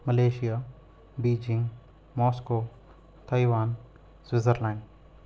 Malaysia Beijing Moscow Taiwan Switzerland